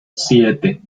siete